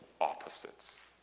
opposites